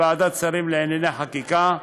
לוועדת שרים לענייני חקיקה,